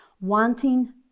wanting